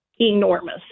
enormous